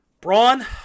Braun